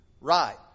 right